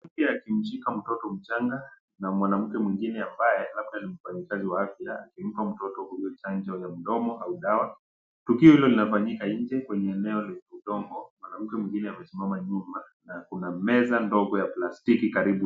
Mwanamke akishimka mtoto mchanga na mwanamke mwingine ambaye labda ni mfanyikazi wa afya anampa mtoto huyo chanjo ya mdomo au dawa. Tukio hilo inafanyika nje kwenye eneo lenye udongo. Mwanamke mwingine amesimama nyuma na kuna meza ndogo ya plastiki karibu.